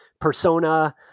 persona